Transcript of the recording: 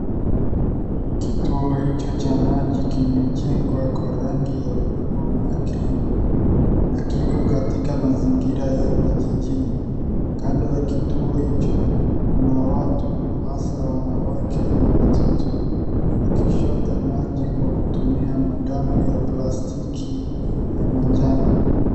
Kituo hicho cha naji kimejengwa kwa rangi ya buluu na cream na ikona katika mazingira ya kijijini. Kando ya kituo hicho kuna watu hasaa wanawake na watoto wakichota maji kutumia maaadamu ya plastiki ya manjano.